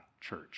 church